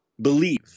believe